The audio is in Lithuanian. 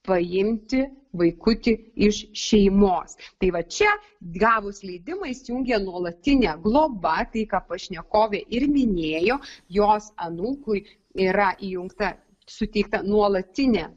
paimti vaikutį iš šeimos tai va čia gavus leidimą įsijungia nuolatinė globa tai ką pašnekovė ir minėjo jos anūkui yra įjungta suteikta nuolatinė